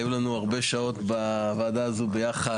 היו לנו הרבה שעות בוועדה הזאת יחד.